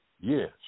Yes